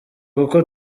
kuko